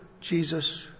Jesus